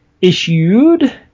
issued